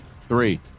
three